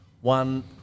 one